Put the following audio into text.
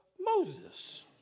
Moses